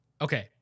Okay